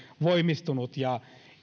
voimistunut ja